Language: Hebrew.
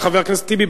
עם חבר הכנסת טיבי,